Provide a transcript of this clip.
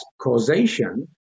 causation